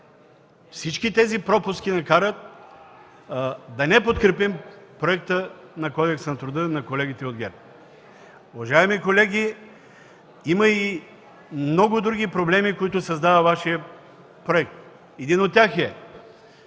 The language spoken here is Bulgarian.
Всички тези пропуски ни карат да не подкрепим Проекта на Кодекса на труда на колегите от ГЕРБ. Уважаеми колеги, има и много други проблеми, които създава Вашият проект. Един от тях е